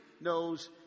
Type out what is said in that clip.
knows